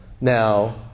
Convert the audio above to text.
Now